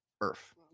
Earth